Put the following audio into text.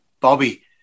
Bobby